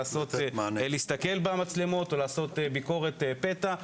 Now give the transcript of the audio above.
להסתכל במצלמות או לעשות ביקורת פתע.